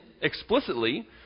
explicitly